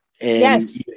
Yes